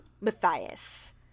Matthias